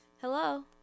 Hello